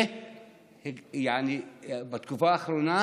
בתקופה האחרונה